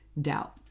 doubt